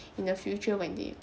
in the future when they